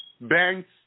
banks